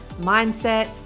mindset